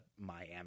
Miami